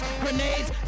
grenades